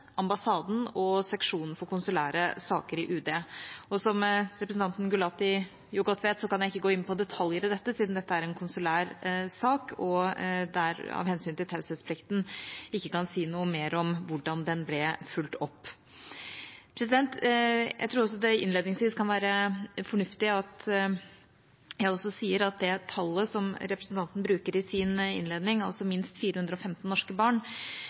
ambassaden og seksjonen for konsulære saker i UD. Som representanten Gulati godt vet, kan jeg ikke gå inn på detaljer i dette siden dette er en konsulær sak, og av hensyn til taushetsplikten kan jeg ikke si noe mer om hvordan den ble fulgt opp. Jeg tror at det innledningsvis kan være fornuftig at jeg sier at det tallet som representanten bruker i sin innledning – altså at det er minst 415 norske barn